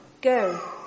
Go